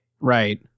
Right